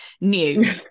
new